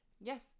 Yes